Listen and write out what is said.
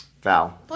Val